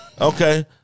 Okay